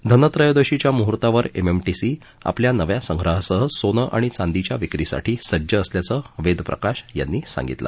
धनत्रयोदशीच्या मुहूर्तावर M M T C आपल्या नव्या संग्रहासह सोनं आणि चांदीच्या विक्रीसाठी सज्ज असल्याचं वेदप्रकाश यांनी सांगितलं